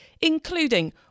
including